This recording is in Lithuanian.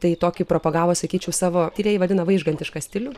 tai tokį propagavo sakyčiau savo tyrėjai vadina vaižgantišką stilių